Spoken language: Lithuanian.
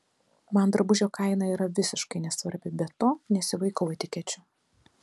man drabužio kaina yra visiškai nesvarbi be to nesivaikau etikečių